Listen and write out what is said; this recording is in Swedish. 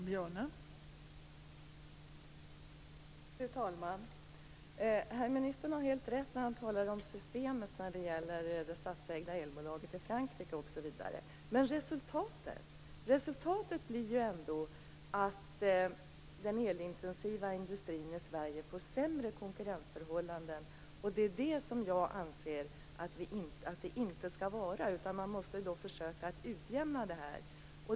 Fru talman! Herr ministern har helt rätt när han talar om systemet med det statsägda elbolaget i Frankrike osv. Men resultatet blir ju ändå att den elintensiva industrin i Sverige får sämre konkurrensförhållanden. Det är så jag anser att det inte skall vara. Man måste försöka utjämna det här.